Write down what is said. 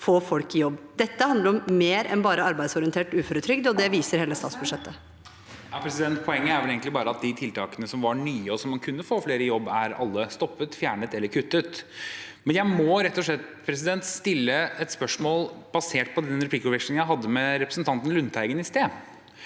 Dette handler om mer enn bare arbeidsorientert uføretrygd, og det viser hele statsbudsjettet. Henrik Asheim (H) Poenget er vel egentlig bare at de tiltakene som var nye og kunne få flere i jobb, er alle stoppet, fjernet eller kuttet. Men jeg må stille et spørsmål basert på den replikkvekslingen jeg hadde med representanten Lundteigen i sted.